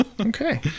Okay